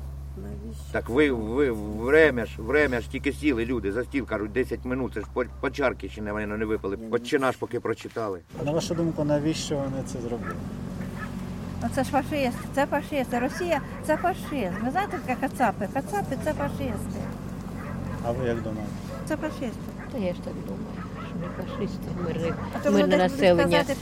Навіщо Так ви- це ви- робиться? Время ж- Время ж тільки сіли, люди, за стіл кажуть, 10 минут, це ж пор- почарки ще на мене не випали. Я От не чи наш знаю. поки прочитали? На вашу думку, навіщо вони це зробили? А це ж фашисти, це фашисти. Росія — це фашизм. Ви знаєте таке кацапи? Кацапи — це фашисти. А ви як думаєте? Це фашисти. Та я ж так думаю, що ми фашисти, ми ри- А то ми вони на десь будуть населення. казати,